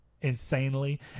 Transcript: insanely